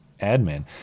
admin